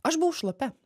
aš buvau šlapia